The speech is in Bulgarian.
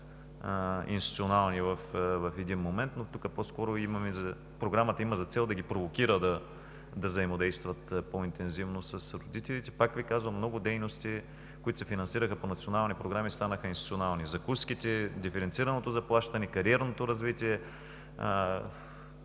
институционални в един момент, но тук по-скоро Програмата има за цел да ги провокира да взаимодействат по-интензивно с родителите. Пак Ви казвам, много дейности, които се финансираха по национални програми, станаха институционални – закуските, диференцираното заплащане, кариерното развитие,